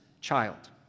child